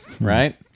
right